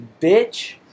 bitch